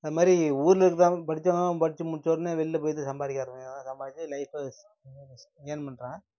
அது மாதிரி ஊரில் இருக்கிறவன் படித்தவன் படித்து முடித்தோன்னே வெளில போய்ட்டு சம்பாதிக்க ஆரம்பிக்கிறான் சம்பாதிச்சி லைஃப்பில் ஸ் எர்ன் பண்ணுறாங்க